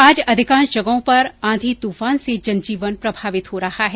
आज अधिकांश जगहों पर आंधी तूफान से जनजीवन प्रभावित हो रहा है